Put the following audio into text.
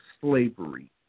slavery